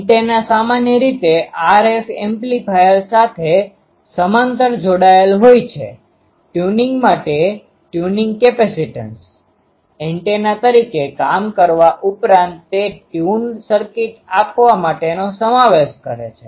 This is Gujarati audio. એન્ટેના સામાન્ય રીતે RF એમ્પ્લીફાયર સાથે સમાંતર જોડાયેલ હોય છે ટ્યુનિંગ માટે ટ્યુનિંગ કેપેસિટન્સ એન્ટેના તરીકે કામ કરવા ઉપરાંત તે ટ્યુન સર્કિટ આપવા માટેનો સમાવેશ કરે છે